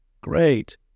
great